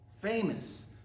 famous